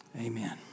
amen